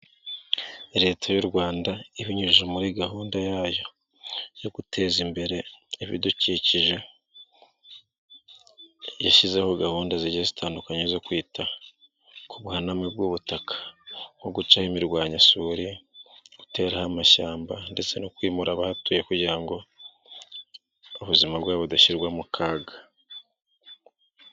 Leta y'u Rwanda ibinyujije muri gahunda yayo yo guteza imbere ibidukikije, yashyizeho gahunda zigiye zitandukanye zo kwita ku buhaname bw'ubutaka nko guca imirwanyasuri, gutera amashyamba ndetse no kwimura abahatuye kugira ngo ubuzima bwabo budashyirwa mu kaga.